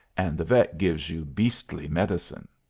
and the vet gives you beastly medicine.